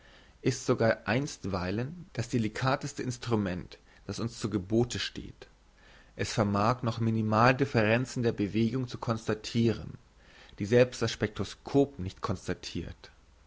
ist sogar einstweilen das delikateste instrument das uns zu gebote steht es vermag noch minimaldifferenzen der bewegung zu constatiren die selbst das spektroskop nicht constatirt